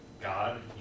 God